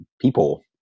people